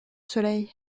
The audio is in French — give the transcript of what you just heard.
soleil